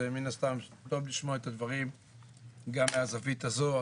מן הסתם טוב לשמוע את הדברים גם מהזווית זאת.